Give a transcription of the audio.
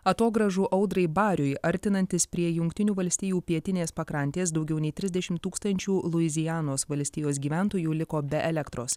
atogrąžų audrai bariui artinantis prie jungtinių valstijų pietinės pakrantės daugiau nei trisdešim tūkstančių luizianos valstijos gyventojų liko be elektros